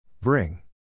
Bring